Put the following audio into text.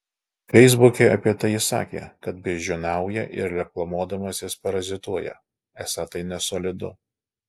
feisbuke apie tai jis sakė kad beždžioniauja ir reklamuodamasis parazituoja esą tai nesolidu